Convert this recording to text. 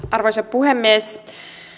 arvoisa puhemies